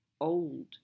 old